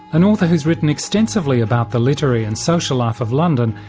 an author who's written extensively about the literary and social life of london.